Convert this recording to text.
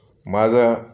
माझा